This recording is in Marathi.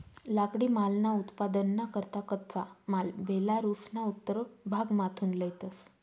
लाकडीमालना उत्पादनना करता कच्चा माल बेलारुसना उत्तर भागमाथून लयतंस